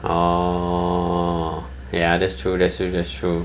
orh ya that's true that's true that's true